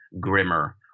Grimmer